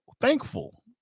thankful